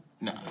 No